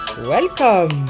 Welcome